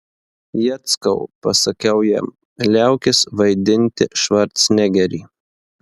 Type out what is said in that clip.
jackau pasakiau jam liaukis vaidinti švarcnegerį